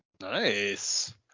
Nice